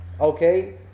Okay